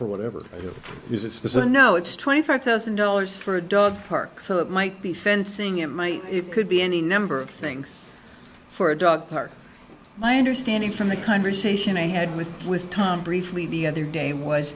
for whatever you use a specific no it's twenty five thousand dollars for a dog park so it might be fencing it might it could be any number of things for a dog park my understanding from the conversation i had with with tom briefly the other day was